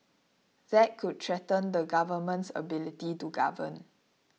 that could threaten the government's ability to govern